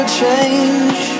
change